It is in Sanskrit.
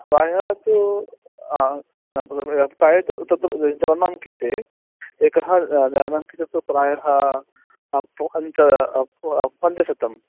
प्रायः तु हा प्रायः तु तत्र जनानां कृते एकः धनं तु तत्र प्रायः पो पञ्च पञ्चशतम्